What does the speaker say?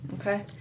okay